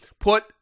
put